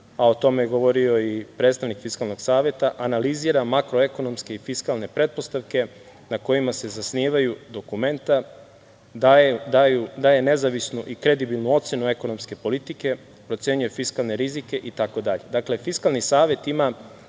a o tome je govorio predstavnik Fiskalnog saveta, analizira makroekonomske i fiskalne pretpostavke na kojima se zasnivaju dokumenta, daje nezavisnu i kredibilnu ocenu ekonomske politike, procenjuje fiskalne rizike itd. Dakle, Fiskalni savet ima